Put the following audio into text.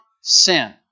sin